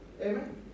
Amen